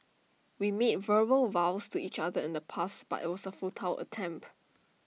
we meet verbal vows to each other in the past but IT was A futile attempt